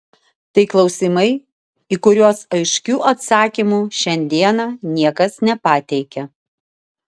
tai klausimai į kuriuos aiškių atsakymų šiandieną niekas nepateikia